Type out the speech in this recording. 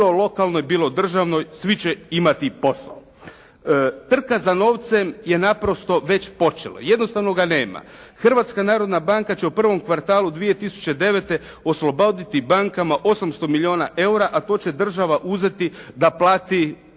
bilo lokalnoj, bilo državnoj, svi će imati posao. Trka za novcem je naprosto već počela, jednostavno ga nema. Hrvatska narodna banka će u prvom kvartalu 2009. osloboditi bankama 800 milijuna eura a to će država uzeti da plati